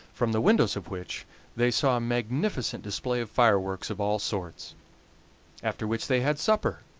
from the windows of which they saw a magnificent display of fireworks of all sorts after which they had supper,